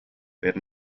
per